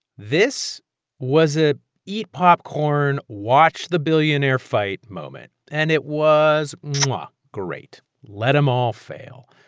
this was a eat popcorn, watch the billionaire fight moment. and it was um ah great. let them all fail.